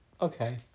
Okay